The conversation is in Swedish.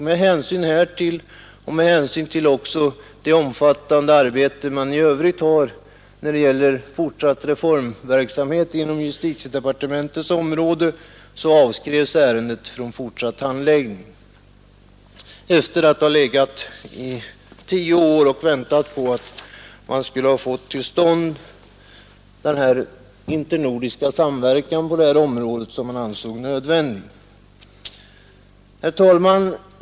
Med hänsyn härtill och även med hänsyn till det omfattande arbete man i övrigt har att utföra när det gäller fortsatt reformverksamhet inom justitiedepartementets område avskrevs ärendet från fortsatt handläggning. Detta skedde efter det att ärendet legat tio år i väntan på att man skulle få till stånd den internordiska samverkan på området som man ansåg nödvändig. Herr talman!